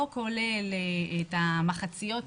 לא כולל המחציות,